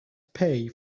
pay